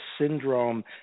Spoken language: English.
syndrome